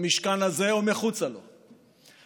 במשכן הזה או מחוצה לו,